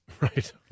Right